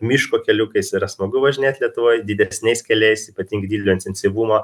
miško keliukais yra smagu važinėt lietuvoj didesniais keliais ypatingai didelio intensyvumo